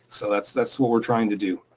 so that's that's what we're trying to do.